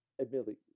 admittedly